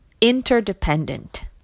interdependent